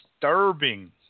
disturbing